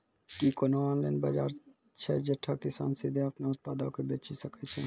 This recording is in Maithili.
कि कोनो ऑनलाइन बजार छै जैठां किसान सीधे अपनो उत्पादो के बेची सकै छै?